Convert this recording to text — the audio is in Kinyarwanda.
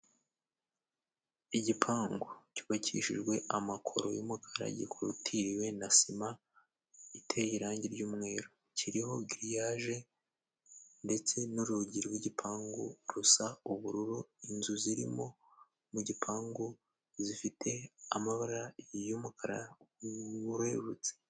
Igipangu cyubakishijwe amakoro y'umukara gikorotiriwe na sima iteye irangi ry'umweru, kiriho giriyaje ndetse n'urugi rw'igipangu rusa ubururu. Inzu zirimo mu gipangu zifite amabara y'umukara wererutse.